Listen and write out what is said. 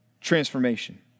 Transformation